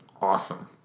awesome